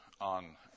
on